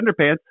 underpants